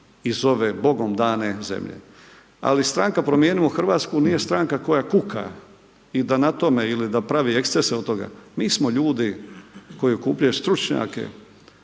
i zove bogom dane zemlje, ali Stranka promijenimo Hrvatsku nije Stranka koja kuka, i da na tome, ili da pravi ekcese od toga, mi smo ljudi koji okupljaju stručnjake,